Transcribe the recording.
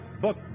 Book